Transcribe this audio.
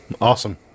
awesome